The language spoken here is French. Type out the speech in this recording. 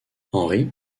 henry